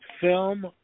film